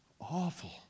awful